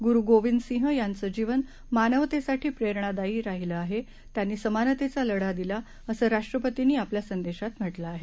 गूरू गोबिन्द सिंह यांचं जीवन मानवतेसाठी प्रेरणादायी राहिलं आहे त्यांनी समानतेचा लढा दिला असं राष्ट्रपतींनी आपल्या संदेशात म्हटलं आहे